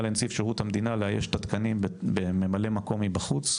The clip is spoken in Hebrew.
לנציב שירות המדינה לאייש את התקנים בממלאי מקום מבחוץ,